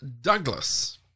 douglas